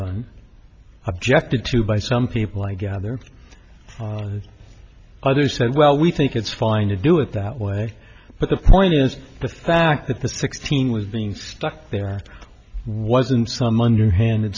objected to by some people i gather others said well we think it's fine to do it that way but the point is the fact that the sixteen was being stuck there wasn't some underhanded